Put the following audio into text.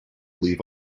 leave